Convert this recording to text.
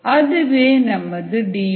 அதுவே நமது டி ஓ